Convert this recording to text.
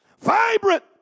vibrant